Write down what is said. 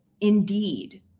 Indeed